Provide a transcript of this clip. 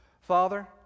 Father